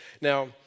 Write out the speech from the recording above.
Now